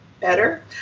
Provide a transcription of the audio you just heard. better